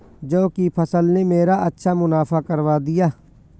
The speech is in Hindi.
जौ की फसल ने मेरा अच्छा मुनाफा करवा दिया